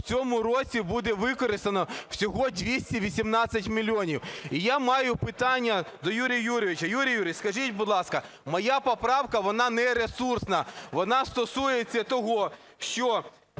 в цьому році буде використано всього 218 мільйонів. І я маю питання до Юрія Юрійовича. Юрій Юрійович, скажіть, будь ласка, моя поправка, вона не ресурсна, вона стосується того, що